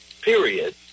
period